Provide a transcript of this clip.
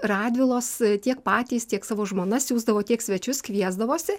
radvilos tiek patys tiek savo žmonas siųsdavo tiek svečius kviesdavosi